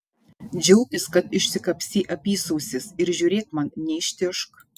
džiaukis kad išsikapstei apysausis ir žiūrėk man neištižk